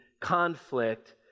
conflict